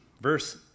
verse